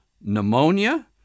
pneumonia